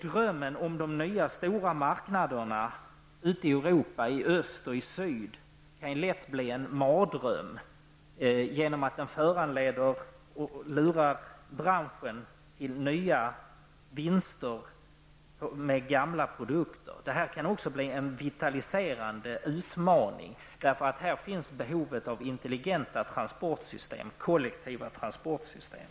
Drömmen om de stora nya marknaderna ute i Europa i öst och i syd kan lätt bli en mardröm genom att den föranleder branschen att ta försöka ut nya vinster på gamla produkter. Det kan bli en vitaliserande utmaning, eftersom behov finns av intelligenta lösningar på kollektiva transportsystem.